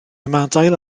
ymadael